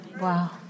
Wow